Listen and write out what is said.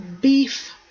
beef